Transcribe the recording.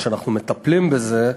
כשאנחנו מטפלים בזה,